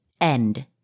end